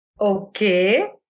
Okay